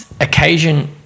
occasion